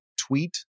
tweet